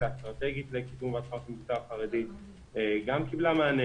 האסטרטגית לקידום --- במגזר החרדי גם קיבלה מענה.